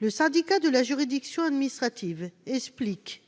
Le Syndicat de la juridiction administrative explique